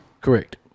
Correct